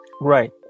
Right